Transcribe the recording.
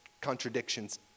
contradictions